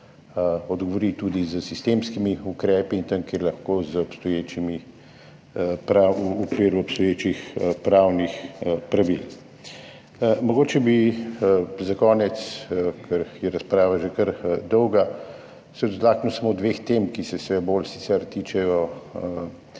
odgovori tudi s sistemskimi ukrepi in tam, kjer lahko, v okviru obstoječih pravnih pravil. Mogoče bi se za konec, ker je razprava že kar dolga, dotaknil samo dveh tem, ki se sicer bolj tičeta